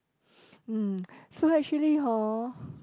mm so actually hor